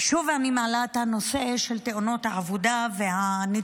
שוב אני מעלה את הנושא של תאונות העבודה והנתונים